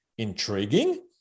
Intriguing